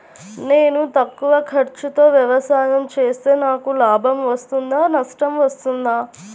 నేను తక్కువ ఖర్చుతో వ్యవసాయం చేస్తే నాకు లాభం వస్తుందా నష్టం వస్తుందా?